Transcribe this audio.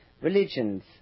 religions